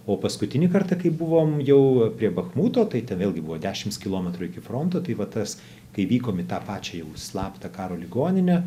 o paskutinį kartą kai buvom jau prie bachmuto tai ten vėlgi buvo dešimt kilometrų iki fronto tai va tas kai vykom į tą pačią jau slaptą karo ligoninę